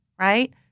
right